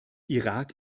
irak